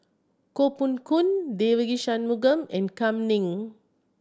Koh Poh Koon Devagi Sanmugam and Kam Ning